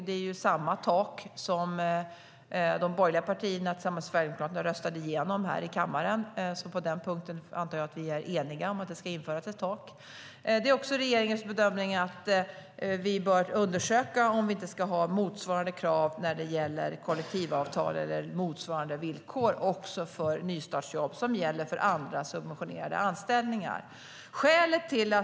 Det är samma tak som de borgerliga partierna tillsammans med Sverigedemokraterna röstade igenom här i kammaren. På den punkten antar jag alltså att vi är eniga: Det ska införas ett tak. Det är också regeringens bedömning att vi bör undersöka om vi inte ska ha motsvarande krav när det gäller kollektivavtal eller motsvarande villkor också för nystartsjobb som gäller för andra subventionerade anställningar.